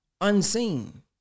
unseen